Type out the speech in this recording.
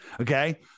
Okay